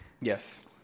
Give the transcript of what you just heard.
Yes